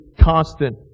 constant